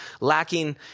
lacking